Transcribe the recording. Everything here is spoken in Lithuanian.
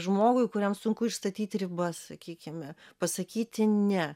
žmogui kuriam sunku išstatyti ribas sakykime pasakyti ne